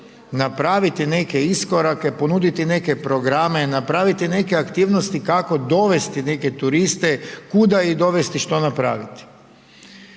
napraviti neke iskorake, ponuditi neke programe, napraviti neke aktivnosti kako dovesti neke turiste, kuda ih dovesti, što napraviti.